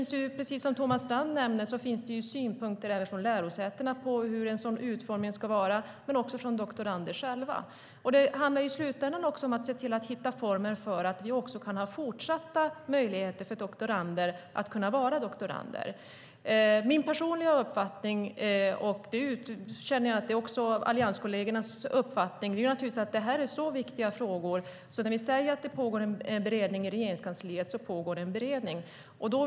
Som Thomas Strand nämnde finns det även från lärosätena synpunkter på hur detta ska utformas, men också från doktoranderna själva. I slutändan handlar det om att hitta former för fortsatta möjligheter för doktorander att vara doktorander. Min personliga uppfattning - det är också allianskollegernas uppfattning - är att det här är så viktiga frågor att när vi säger att det pågår en beredning i Regeringskansliet så pågår det en beredning.